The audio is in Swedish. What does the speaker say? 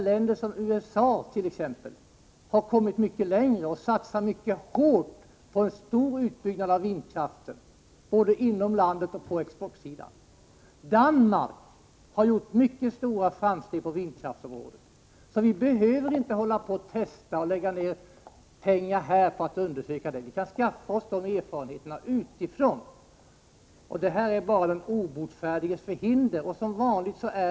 Länder som USA har kommit mycket längre och satsat hårt på en stor utbyggnad av vindkraften för användning inom landet och för export. I Danmark har mycket stora framsteg gjorts på vindkraftens område. Vi behöver inte hålla på med tester och lägga ut pengar för att undersöka detta. Vi kan skaffa oss de erfarenheterna utifrån. Nej, detta är bara den obotfärdiges förhinder.